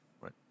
right